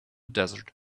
desert